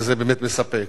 וזה באמת מספק,